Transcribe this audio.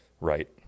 right